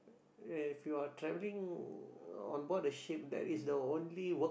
if you are travelling on board a ship that is the only work